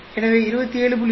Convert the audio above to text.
எனவே 27